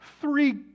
three